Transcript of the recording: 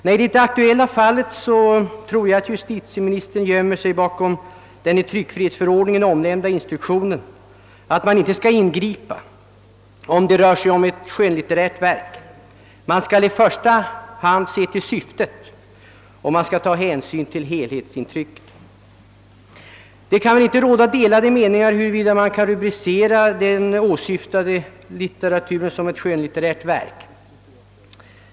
I det aktuella fallet tror jag att justitieministern gömmer sig bakom den i tryckfrihetsförordningen intagna instruktionen, att man inte skall ingripa om det rör sig om ett skönlitterärt verk. Man skall i första hand se till syftet, och man skall ta hänsyn till helhetsintrycket. Det kan väl inte råda delade meningar om huruvida man kan rubricera den åsyftade novellen som ett skönlitterärt verk.